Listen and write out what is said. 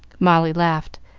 molly laughed.